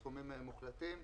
סכומים מוחלטים.